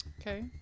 Okay